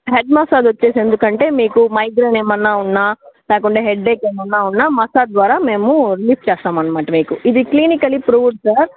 head massage వచ్చి ఎందుకంటే మీకు మైగ్రేన్ ఏమైనా ఉన్నా లేకుంటే హెడ్ఏక్ ఏమైనా ఉన్నా మసాజ్ ద్వారా మేము రిలీఫ్ చేస్తాము అన్నమాట మీకు ఇది క్లినికల్లీ ప్రూవుడ్ సార్